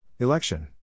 Election